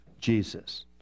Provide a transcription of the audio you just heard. jesus